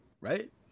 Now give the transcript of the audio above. right